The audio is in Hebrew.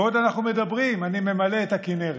בעוד אנחנו מדברים, אני ממלא את הכינרת.